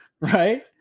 right